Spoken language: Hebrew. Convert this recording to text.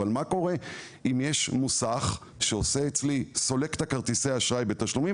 אבל מה קורה אם יש מוסך שעושה אצלי סליקת כרטיסי אשראי בתשלומים,